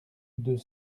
deux